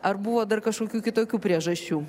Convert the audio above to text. ar buvo dar kažkokių kitokių priežasčių